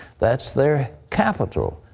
that's their capital.